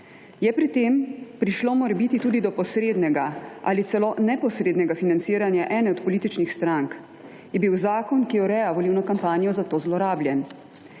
Je pri tem prišlo morebiti tudi do posrednega ali celo neposrednega financiranja ene od političnih strank? Je bil zakon, ki ureja volilno kampanjo, zato zlorabljen?